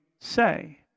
say